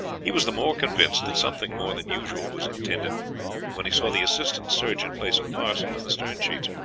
he was the more convinced that something more than usual was intended when he saw the assistant surgeon place a parcel in the stern sheets.